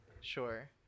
sure